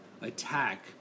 attack